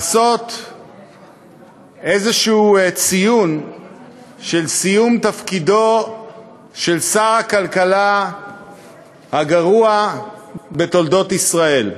ולעשות איזשהו ציון של סיום תפקידו של שר הכלכלה הגרוע בתולדות ישראל.